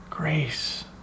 grace